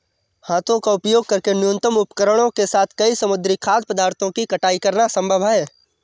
हाथों का उपयोग करके न्यूनतम उपकरणों के साथ कई समुद्री खाद्य पदार्थों की कटाई करना संभव है